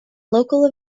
local